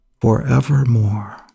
forevermore